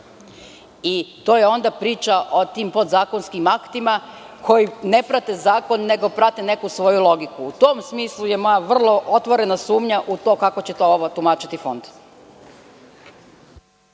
To je onda priča o tim podzakonskim aktima koji ne prate zakon, nego prate neku svoju logiku. U tom smislu je moja vrlo otvorena sumnja u to kako će ovo tumačiti Fond.